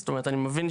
זאת אומרת אני מבין,